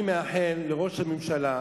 אני מאחל לראש הממשלה